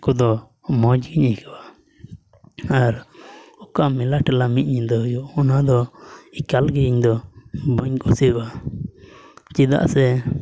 ᱠᱚᱫᱚ ᱢᱚᱡᱽ ᱜᱮᱧ ᱟᱹᱭᱠᱟᱹᱣᱟ ᱟᱨ ᱚᱠᱟ ᱢᱮᱞᱟ ᱴᱮᱞᱟ ᱢᱤᱫ ᱧᱤᱫᱟᱹ ᱦᱩᱭᱩᱜ ᱚᱱᱟ ᱫᱚ ᱮᱠᱟᱞ ᱜᱮ ᱤᱧ ᱫᱚ ᱵᱟᱹᱧ ᱠᱩᱥᱤᱣᱟᱜᱼᱟ ᱪᱮᱫᱟᱜ ᱥᱮ